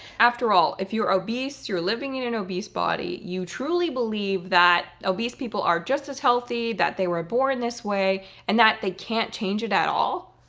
after all, if you're obese, you're living in an obese body, you truly believe that obese people are just as healthy, that they were born this way and that they can't change it at all,